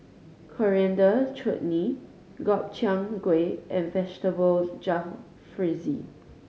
Coriander Chutney Gobchang Gui and Vegetable Jalfrezi